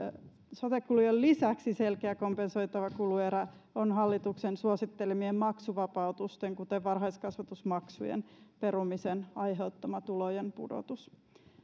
sote kulujen lisäksi selkeä kompensoitava kuluerä on hallituksen suosittelemien maksuvapautusten kuten varhaiskasvatusmaksujen perumisen aiheuttama tulojen pudotus